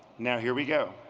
now here we go.